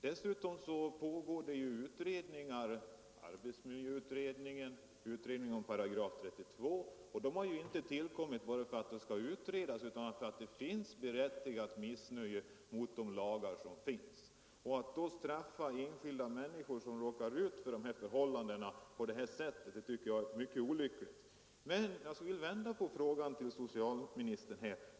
Dessutom pågår det utredningar — arbetsmiljöutredningen, utredningen om § 32 — och de har inte tillkommit bara därför att det skall utredas utan därför att det finns berättigat missnöje med de lagar som gäller. Att då straffa enskilda människor som råkar ut för förhållandena på det här sättet tycker jag är mycket olyckligt. Men jag vill vända på frågan till socialministern.